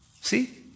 See